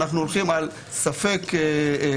אנחנו הולכים על ספק מסכה,